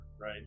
right